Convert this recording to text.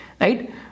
Right